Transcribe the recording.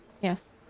yes